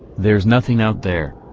there's nothing out there.